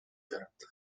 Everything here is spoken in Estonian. pöörata